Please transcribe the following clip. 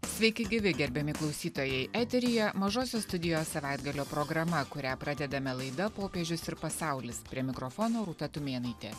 sveiki gyvi gerbiami klausytojai eteryje mažosios studijos savaitgalio programa kurią pradedame laida popiežius ir pasaulis prie mikrofono rūta tumėnaitė